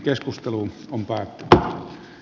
keskustelu on parkkitila